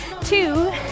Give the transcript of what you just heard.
two